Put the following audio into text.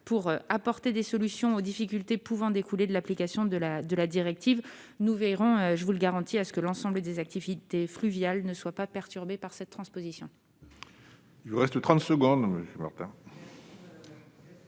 pour apporter des solutions aux difficultés pouvant découler de l'application de la directive. Nous veillerons, je vous le garantis, à ce que l'ensemble des activités fluviales ne soient pas perturbées par la transposition. La parole est à M. Pascal Martin,